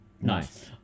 Nice